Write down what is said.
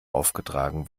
aufgetragen